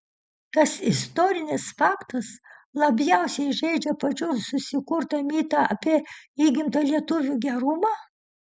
tas istorinis faktas labiausiai žeidžia pačių susikurtą mitą apie įgimtą lietuvių gerumą